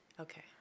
Okay